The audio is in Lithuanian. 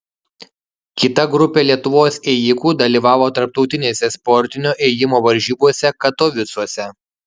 kita grupė lietuvos ėjikų dalyvavo tarptautinėse sportinio ėjimo varžybose katovicuose